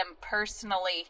personally